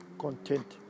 content